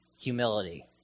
humility